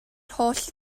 holl